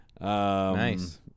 nice